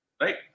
Right